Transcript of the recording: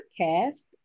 podcast